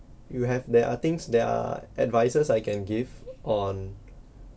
you have there are things there are advices I can give on